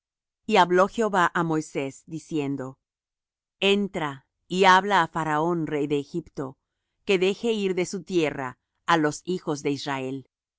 y habló jehová á moisés diciendo entra y habla á faraón rey de egipto que deje ir de su tierra á los hijos de israel